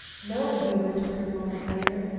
no, he whispered a moment later,